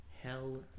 hell